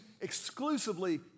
exclusively